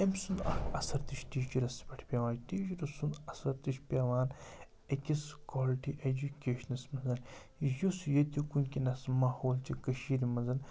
أمۍ سُنٛد اَکھ اَثر تہِ چھُ ٹیٖچَرَس پٮ۪ٹھ پٮ۪وان ٹیٖچرَس سُنٛد اَثَر تہِ چھُ پٮ۪وان أکِس کالٹی ایجوکیشنَس منٛز یُس ییٚتیُک وٕنکیٚنَس ماحول چھِ کٔشیٖرِ منٛز